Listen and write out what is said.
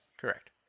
correct